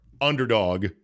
underdog